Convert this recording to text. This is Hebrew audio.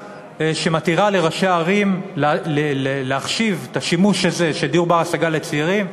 שמתיר לראשי הערים להחשיב את השימוש הזה של דיור בר-השגה לצעירים,